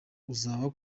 uzaba